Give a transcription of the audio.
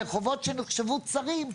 לרחובות שנחשבו צרים,